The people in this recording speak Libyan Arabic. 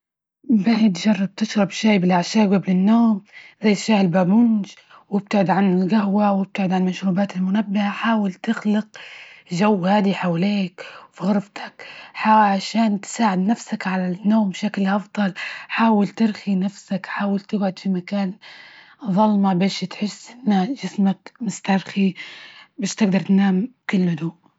بعد جرب تشرب شاي بالأعشاب جبل النوم زي شاي البابونج، وابتعد عن الجهوة وابتعد عن المشروبات المنبه، حاول تخلق جو هادي حواليك في غرفتك ح عشان تساعد نفسك على النوم بشكل أفضل. حاول ترخي نفسك. حاول تجعد في مكان ظلمة بش تحسن جسمك مسترخى، بش تجدر تنام بكل هدوء.